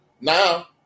Now